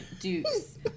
deuce